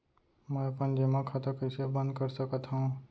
मै अपन जेमा खाता कइसे बन्द कर सकत हओं?